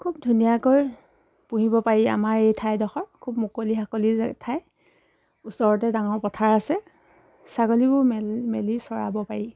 খুব ধুনীয়াকৈ পুহিব পাৰি আমাৰ এই ঠাইডোখৰ খুব মুকলি হাকলি ঠাই ওচৰতে ডাঙৰ পথাৰ আছে ছাগলীবোৰ মেলি চৰাব পাৰি